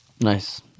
nice